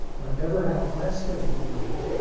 never have less than you'll need.